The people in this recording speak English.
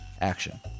action